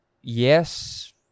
yes